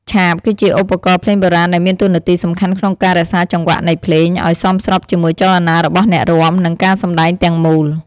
ឆាប គឺជាឧបករណ៍ភ្លេងបុរាណដែលមានតួនាទីសំខាន់ក្នុងការរក្សាចង្វាក់នៃភ្លេង អោយសមស្របជាមួយចលនារបស់អ្នករាំ និងការសម្តែងទាំងមូល។